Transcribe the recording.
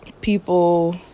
people